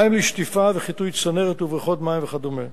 מים לשטיפה ולחיטוי צנרת ובריכות מים וכדומה.